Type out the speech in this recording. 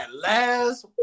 last